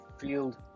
field